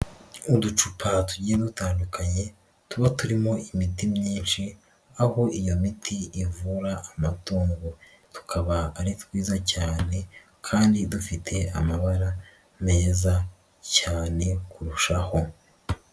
Uducupa tugiye dutandukanye tuba turimo imiti myinshi aho iyo miti ivura amatungo, tukaba ari twiza cyane kandi dufite amabara meza cyane kurushaho.